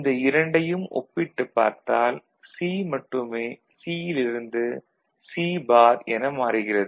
இந்த இரண்டையும் ஒப்பிட்டுப் பார்த்தால் C மட்டுமே C இல் இருந்து C பார் என மாறுகிறது